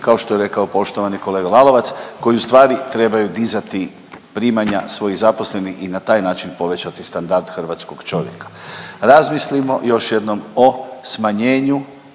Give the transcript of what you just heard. kao što je rekao poštovani kolega Lalovac koji ustvari trebaju dizati primanja svojih zaposlenih i na taj način povećati standard hrvatskog čovjeka. Razmislimo još jednom o smanjenju